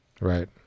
Right